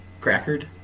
Crackered